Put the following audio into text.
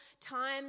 time